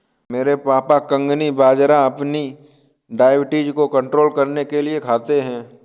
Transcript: मेरे पापा कंगनी बाजरा अपनी डायबिटीज को कंट्रोल करने के लिए खाते हैं